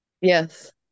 yes